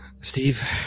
Steve